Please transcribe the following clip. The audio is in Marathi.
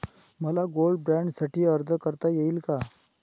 मला गोल्ड बाँडसाठी अर्ज करता येईल का?